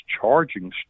charging